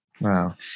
Wow